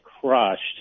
crushed